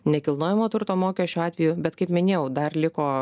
nekilnojamo turto mokesčio atveju bet kaip minėjau dar liko